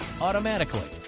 automatically